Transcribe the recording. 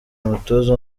umutoza